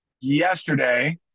yesterday